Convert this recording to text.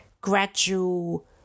gradual